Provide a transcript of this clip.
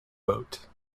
boat